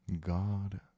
God